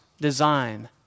design